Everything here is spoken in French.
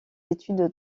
études